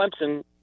Clemson